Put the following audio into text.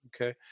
okay